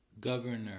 governor